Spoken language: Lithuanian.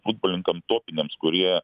futbolininkam topiniams kurie